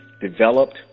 developed